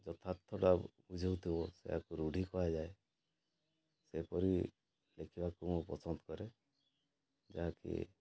ଯଥାର୍ଥଟା ବୁଝାଉଥିବ ସେୟାକୁ ରୂଢ଼ି କୁହାଯାଏ ସେହିପରି ଦେଖିବାକୁ ମୁଁ ପସନ୍ଦ କରେ ଯାହାକି